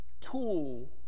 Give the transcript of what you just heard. tool